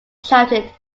shouted